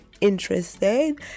interesting